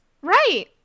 Right